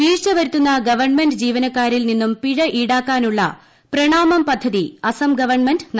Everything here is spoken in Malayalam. വീഴ്ച വരുത്തുന്ന ഗവൺമെന്റ് ജീവനക്കാരിൽ നിന്നും പിഴ ഈടാക്കാനുള്ള പ്രണാമം പദ്ധതി അസം ഗവൺമെന്റ് നടപ്പാക്കും